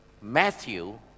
Matthew